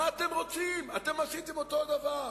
מה אתם רוצים, אתם עשיתם אותו הדבר,